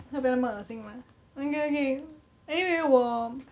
可以不要那么恶心吗我应该要跟你 anyway 我